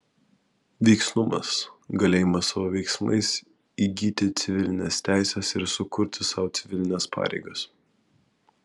veiksnumas galėjimas savo veiksmais įgyti civilines teises ir sukurti sau civilines pareigas